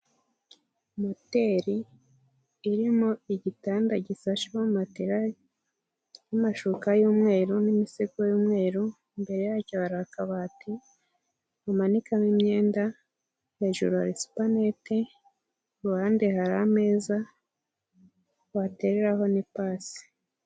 Moteri, irimo igitanda gisashweho matera, n'amashuka y'umweru n'imisego y'umweru. Imbere yacyo hari akabati, umanikamo imyenda, hejuru hari supanete, kuruhande hari ameza, watereraho n'ipasi.